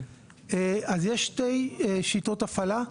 אז יש שתי שיטות הפעלה.